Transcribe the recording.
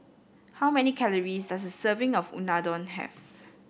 how many calories does a serving of Unadon have